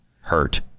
Hurt